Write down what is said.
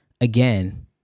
again